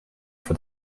for